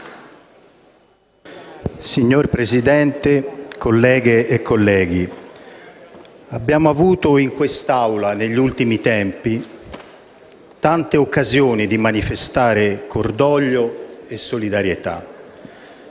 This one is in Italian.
Signor Presidente, colleghe e colleghi, abbiamo avuto in quest'Aula, negli ultimi tempi, tante occasioni di manifestare cordoglio e solidarietà.